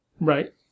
Right